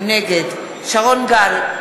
נגד שרון גל,